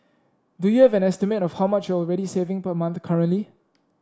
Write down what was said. do you have an estimate of how much you're already saving per month currently